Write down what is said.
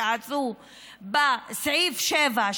שעשו בסעיף 7,